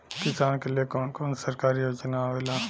किसान के लिए कवन कवन सरकारी योजना आवेला?